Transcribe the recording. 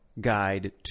guide